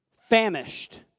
famished